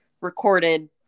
recorded